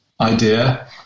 idea